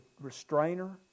restrainer